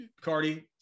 Cardi